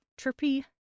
trippy